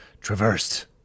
traversed